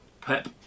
Pep